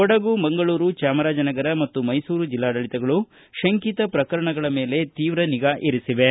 ಕೊಡಗು ಮಂಗಳೂರುಚಾಮರಾಜನಗರ ಮತ್ತು ಮ್ನೆಸೂರು ಜಿಲ್ಲಾಡಳಿತಗಳು ಶಂಕಿತ ಪ್ರಕರಣಗಳ ಮೇಲೆ ತೀವ್ರ ನಿಗಾ ಇರಿಸಿವೆ